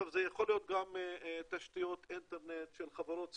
זה יכול להיות גם תשתיות אינטרנט של חברות סלולריות,